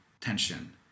tension